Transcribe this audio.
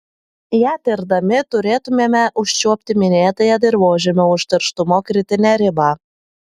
ją tirdami turėtumėme užčiuopti minėtąją dirvožemio užterštumo kritinę ribą